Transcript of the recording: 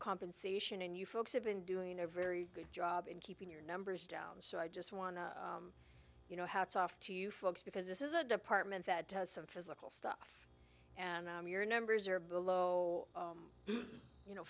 compensation and you folks have been doing a very good job in keeping your numbers down so i just want to you know how it's off to you folks because this is a department that does some physical stuff and your numbers are below you know